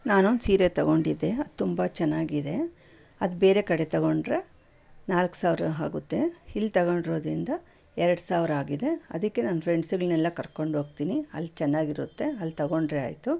ನಾನೊಂದು ಸೀರೆ ತೊಗೊಂಡಿದ್ದೆ ಅದು ತುಂಬ ಚೆನ್ನಾಗಿದೆ ಅದು ಬೇರೆ ಕಡೆ ತೊಗೊಂಡರೆ ನಾಲ್ಕು ಸಾವಿರ ಆಗುತ್ತೆ ಇಲ್ಲಿ ತೊಗೊಂಡಿರೋದ್ರಿಂದ ಎರಡು ಸಾವಿರ ಆಗಿದೆ ಅದಕ್ಕೆ ನನ್ನ ಫ್ರೆಂಡ್ಸುಗಳನ್ನೆಲ್ಲ ಕರ್ಕೊಂಡೋಗ್ತೀನಿ ಅಲ್ಲಿ ಚೆನ್ನಾಗಿರುತ್ತೆ ಅಲ್ಲಿ ತೊಗೊಂಡ್ರೆ ಆಯಿತು